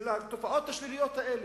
של התופעות השליליות האלה,